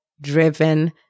driven